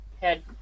head